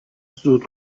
زود